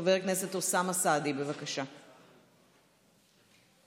חבר הכנסת אוסאמה סעדי, חבר הכנסת ינון אזולאי,